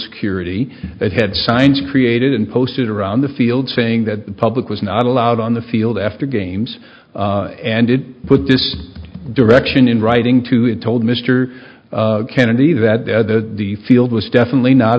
security that had signs created and posted around the field saying that the public was not allowed on the field after games and it put this direction in writing to it told mr kennedy that the field was definitely not